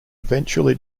eventually